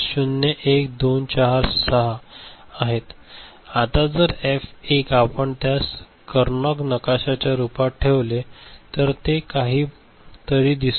F1 ∑ m2457 F2 ∑ m01246 आता जर F 1 आपण त्यास करनौघ नकाशाच्या रूपात ठेवले तर ते असे काहीतरी दिसते